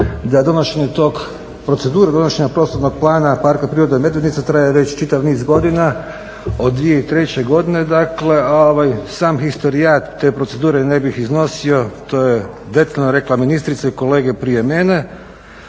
da donošenjem tog, procedura donošenja prostornog plana Parka prirode Medvednica traje već čitav niz godina od 2003. Dakle, sam historijat te procedure ne bih iznosio. To je detaljno rekla ministrica i kolege prije mene.